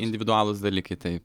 individualūs dalykai taip